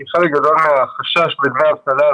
כי חלק גדול מאוד מהחשש בדמי אבטלה,